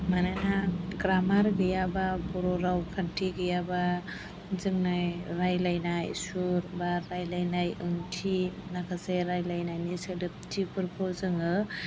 मानोना ग्रामार गैयाबा बर' रावखान्थि गैयाबा जोंनि रायज्लायनाय सुर एबा रायज्लायनाय ओंथि माखासे रायज्लायनायनि सोदोबथिफोरखौ जोङो